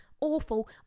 Awful